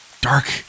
dark